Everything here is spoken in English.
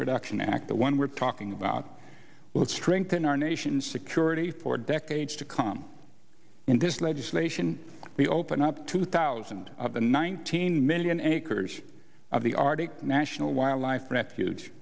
production act the one we're talking about will strengthen our nation's security for decades to come in this legislation we open up two thousand of the nineteen million acres of the arctic national wildlife refuge